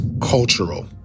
cultural